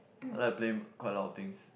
I like to play quite a lot of things